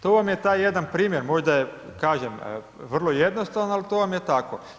To vam je taj jedan primjer, možda je kažem vrlo jednostavno, ali to vam je tako.